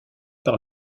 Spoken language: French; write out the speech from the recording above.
par